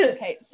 Okay